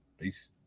Peace